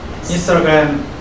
Instagram